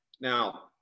Now